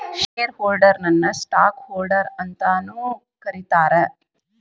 share ಹೋಲ್ಡರ್ನ ನ stock holder ಅಂತಾನೂ ಕರೇತಾರ